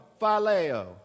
phileo